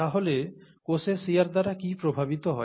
তাহলে কোষে শিয়ার দ্বারা কী প্রভাবিত হয়